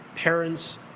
Parents